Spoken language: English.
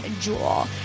Jewel